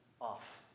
off